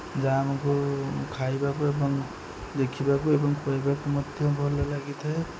ଯାହା ଆମକୁ ଖାଇବାକୁ ଏବଂ ଦେଖିବାକୁ ଏବଂ ଖୁଆଇବାକୁ ମଧ୍ୟ ଭଲ ଲାଗିଥାଏ